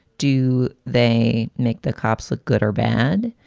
do they make the cops look good or bad?